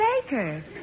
Baker